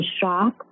shock